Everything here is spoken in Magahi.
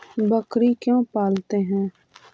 बकरी क्यों पालते है?